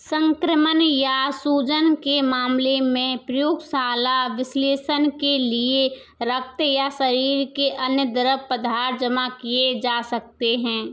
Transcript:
संक्रमण या सूजन के मामले मे प्रयोगशाला विश्लेषण के लिए रक्त या शरीर के अन्य द्रव पदार्थ जमा किए जा सकते हैं